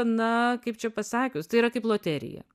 na kaip čia pasakius tai yra kaip loterija